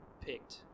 picked